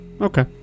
Okay